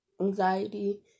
anxiety